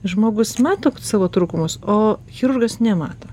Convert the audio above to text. žmogus mato savo trūkumus o chirurgas nemato